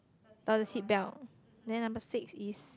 the seat belt then number six is